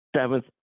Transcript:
seventh